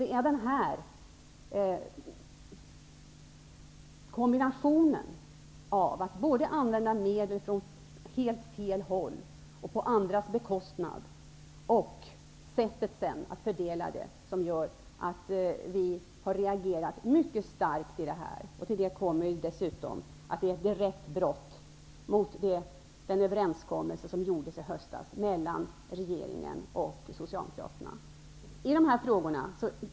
Det är den här kombinationen, att både använda medel från helt fel håll och på andras bekostnad och sättet att sedan fördela dem, som gör att vi har reagerat mycket starkt. Till det kommer dessutom att det ni gör är ett direkt brott mot den överenskommelse som träffades i höstas mellan regeringen och Socialdemokraterna.